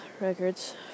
Records